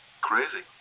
crazy